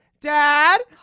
dad